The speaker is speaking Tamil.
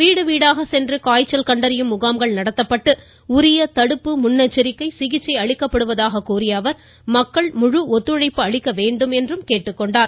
வீடு வீடாக சென்று காய்ச்சல் கண்டறியும் முகாம்கள் நடத்தப்பட்டு உரிய தடுப்பு முன்னெச்சரிக்கை சிகிச்சை அளிக்கப்படுவதாக கூறிய அமைச்சர் மக்கள் முழு ஒத்துழைப்பு அளிக்க வேண்டும் என கேட்டுக்கொண்டார்